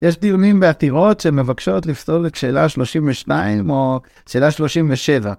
יש דיונים בעתירות שמבקשות לפתור את שאלה 32 או שאלה 37.